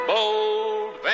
Bold